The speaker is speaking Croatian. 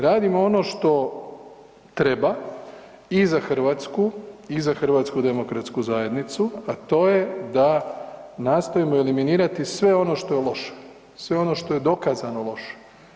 Radimo ono što treba i za Hrvatsku i za HDZ, a to je da nastojimo eliminirati sve ono što je loše, sve ono što je dokazano loše.